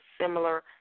similar